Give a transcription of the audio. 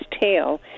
tail